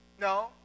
No